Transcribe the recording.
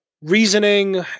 reasoning